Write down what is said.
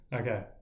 Okay